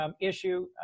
issue